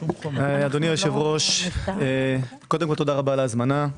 אדוני היושב-ראש, קודם כל תודה על ההזמנה.